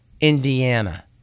Indiana